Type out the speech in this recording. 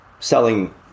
Selling